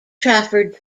trafford